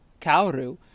Kauru